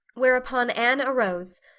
whereupon anne arose,